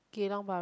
geylang-bahru